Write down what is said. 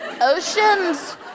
Oceans